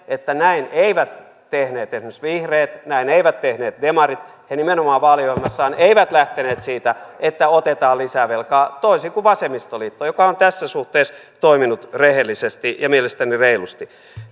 että näin eivät tehneet esimerkiksi vihreät näin eivät tehneet demarit he nimenomaan vaaliohjelmassaan eivät lähteneet siitä että otetaan lisää velkaa toisin kuin vasemmistoliitto joka on tässä suhteessa toiminut rehellisesti ja mielestäni reilusti